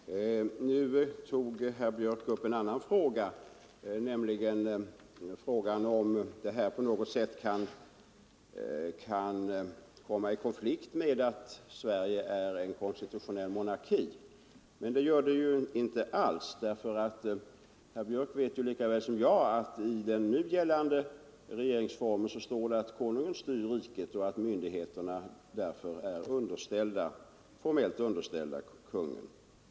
Herr talman! Nu tog herr Björck upp en annan fråga, nämligen om borttagandet av prefixet på något sätt kan komma i konflikt med att Sverige är en konstitutionell monarki. Det gör det inte alls. Herr Björck vet lika väl som jag att det i den nu gällande regeringsformen heter att Konungen styr riket och att myndigheterna därför formellt är underställda Konungen.